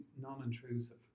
non-intrusive